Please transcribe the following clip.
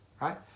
right